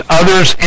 others